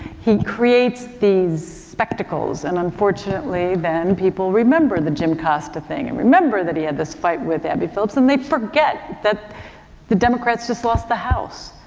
he creates these spectacles and unfortunately then people remember the jim acosta thing, and remember that he has this fight with abby phillip, so and they forget that the democrats just lost the house.